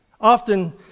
often